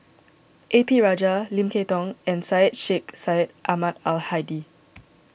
A P Rajah Lim Kay Tong and Syed Sheikh Syed Ahmad Al Hadi